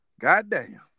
goddamn